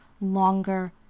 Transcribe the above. longer